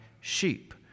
sheep